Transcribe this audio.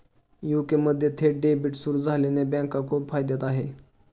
UK मध्ये थेट debit सुरू झाल्याने बँका खूप फायद्यात आहे